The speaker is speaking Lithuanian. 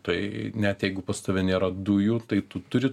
tai net jeigu pas tave nėra dujų tai tu turi